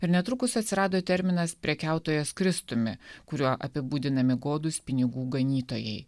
ir netrukus atsirado terminas prekiautojas kristumi kuriuo apibūdinami godūs pinigų ganytojai